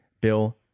Bill